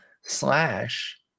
Slash